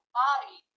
body